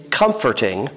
comforting